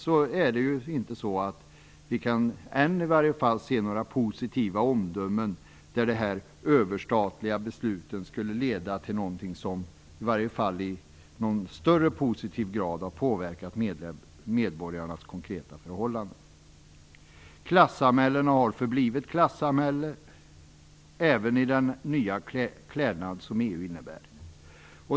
Vi kan i varje fall inte ännu se några positiva omdömen eller att dessa överstatliga beslut skulle ha lett till någonting som i någon större positiv grad har påverkat medborgarnas konkreta förhållanden. Klassamhälle har förblivit klassamhälle, även i den nya klädnad som EU innebär.